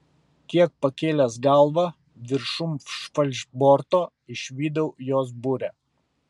kiek pakėlęs galvą viršum falšborto išvydau jos burę